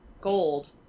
gold